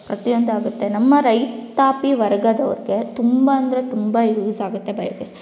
ಪ್ರತಿಯೊಂದಾಗುತ್ತೆ ನಮ್ಮ ರೈತಾಪಿ ವರ್ಗದೋರಿಗೆ ತುಂಬ ಅಂದರೆ ತುಂಬ ಯೂಸಾಗುತ್ತೆ ಬಯೋ ಗ್ಯಾಸ್